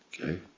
Okay